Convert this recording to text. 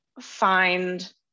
find